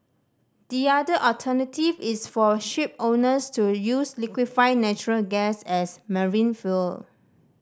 the other alternative is for shipowners to use liquefied natural gas as marine fuel